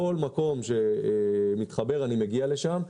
כל מקום שמתחבר, אני מגיע לשם.